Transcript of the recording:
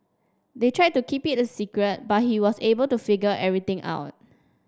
they tried to keep it a secret but he was able to figure everything out